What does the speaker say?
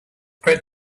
great